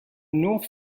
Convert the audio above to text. north